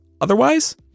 otherwise